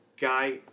Guy